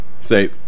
say